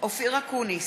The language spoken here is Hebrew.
אופיר אקוניס,